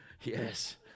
Yes